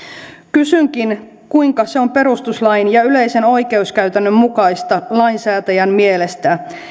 kysynkin kuinka se on perustuslain ja yleisen oikeuskäytännön mukaista lainsäätäjän mielestä